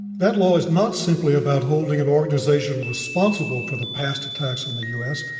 that law is not simply about holding an organization responsible for the past attacks on the u. s,